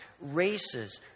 races